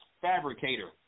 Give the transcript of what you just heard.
fabricator